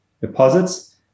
deposits